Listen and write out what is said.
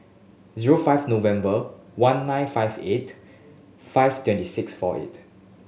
zero five November one nine five eight five twenty six four eight